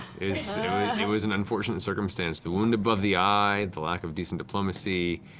so it was an unfortunate circumstance. the wound above the eye, the lack of decent diplomacy,